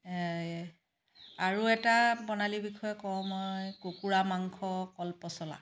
আৰু এটা প্ৰণালী বিষয়ে কওঁ মই কুকুৰা মাংস কল পছলা